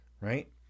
right